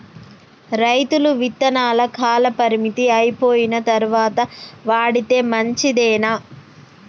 రైతులు విత్తనాల కాలపరిమితి అయిపోయిన తరువాత వాడితే మంచిదేనా?